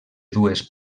dues